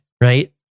right